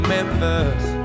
Memphis